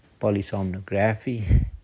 polysomnography